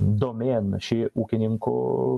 domėn šį ūkininkų